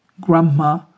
Grandma